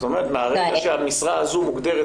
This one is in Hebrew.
כלומר מרגע שהמשרה הזו מוגדרת